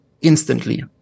instantly